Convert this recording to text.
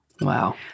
Wow